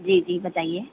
जी जी बताइए